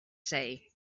say